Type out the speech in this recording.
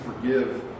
forgive